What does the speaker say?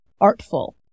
artful